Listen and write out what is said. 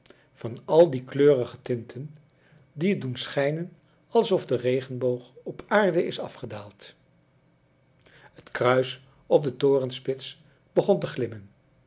van al die kleurige tinten die het doen schijnen alsof de regenboog op aarde is afgedaald het kruis op de torenspits begon te glimmen